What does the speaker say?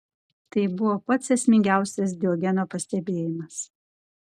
tai buvo pats esmingiausias diogeno pastebėjimas